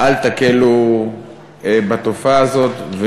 אל תקלו בתופעה הזאת.